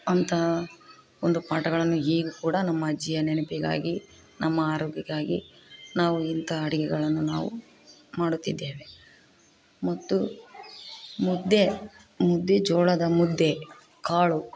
ಅಂಥಾ ಒಂದು ಪಾಠಗಳನ್ನು ಈಗ ಕೂಡ ನಮ್ಮ ಅಜ್ಜಿಯ ನೆನಪಿಗಾಗಿ ನಮ್ಮ ಆರೋಗ್ಯಕ್ಕಾಗಿ ನಾವು ಇಂಥ ಅಡಿಗೆಗಳನ್ನು ನಾವು ಮಾಡುತ್ತಿದ್ದೇವೆ ಮತ್ತು ಮುದ್ದೆ ಮುದ್ದೆ ಜೋಳದ ಮುದ್ದೆ ಕಾಳು